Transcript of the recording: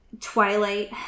Twilight